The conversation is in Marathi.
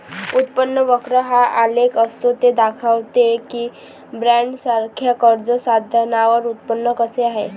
उत्पन्न वक्र हा आलेख असतो ते दाखवते की बॉण्ड्ससारख्या कर्ज साधनांवर उत्पन्न कसे आहे